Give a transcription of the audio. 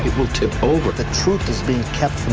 will tip over. the truth is being kept from